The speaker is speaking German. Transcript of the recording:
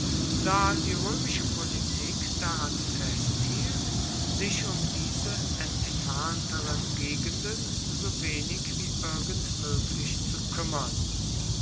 da die römische politik daran festhielt sich um diese entfernteren gegenden so wenig wie irgend möglich zu kümmern